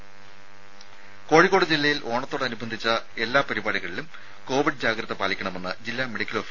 രദേ കോഴിക്കോട് ജില്ലയിൽ ഓണത്തോടനുബന്ധിച്ച എല്ലാ പരിപാടികളിലും കോവിഡ് ജാഗ്രത പാലിക്കണമെന്ന് ജില്ലാ മെഡിക്കൽ ഓഫീസർ ആവശ്യപ്പെട്ടു